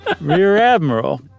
rear-admiral